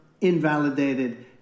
invalidated